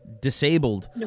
disabled